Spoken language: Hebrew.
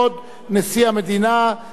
של חבר הכנסת משה גפני.